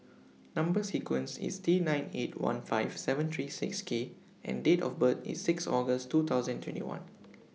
Number sequence IS T nine eight one five seven three six K and Date of birth IS six August two thousand and twenty one